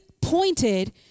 pointed